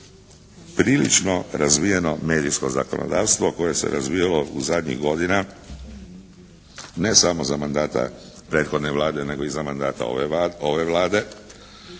prilično razvijeno medijsko zakonodavstvo koje se razvijalo u zadnjih godina ne samo za mandata prethodne Vlade nego i za mandata ove Vlade.